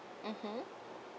mmhmm